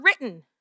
written